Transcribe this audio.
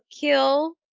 kill